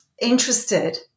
interested